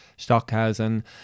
Stockhausen